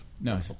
No